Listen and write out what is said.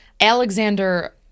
Alexander